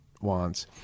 wants